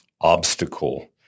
obstacle